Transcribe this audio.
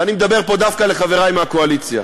ואני מדבר פה דווקא אל חברי מהקואליציה: